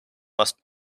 must